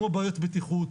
כמו בעיות בטיחות,